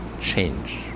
Change